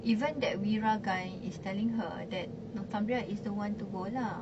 even that wira guy is telling her that northumbria is the one to go lah